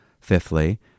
Fifthly